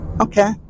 okay